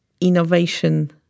innovation